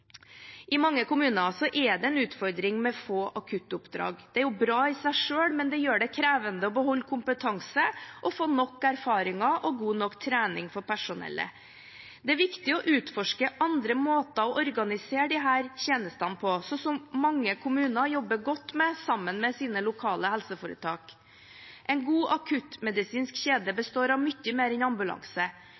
I mange kommuner er det en utfordring med få akuttoppdrag. Det er bra i seg selv, men gjør det krevende å beholde kompetanse og få nok erfaringer og god nok trening for personellet. Det er viktig å utforske andre måter å organisere disse tjenestene på, som mange kommuner jobber godt med, sammen med sine lokale helseforetak. En god akuttmedisinsk kjede består av mye mer enn ambulanse.